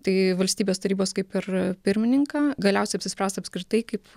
tai valstybės tarybos kaip ir pirmininką galiausiai apsispręsta apskritai kaip